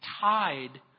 tied